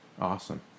Awesome